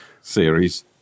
series